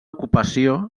ocupació